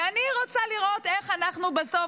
כי אני רוצה לראות איך אנחנו בסוף,